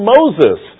Moses